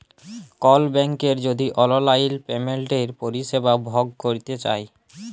call ব্যাংকের যদি অললাইল পেমেলটের পরিষেবা ভগ ক্যরতে চায়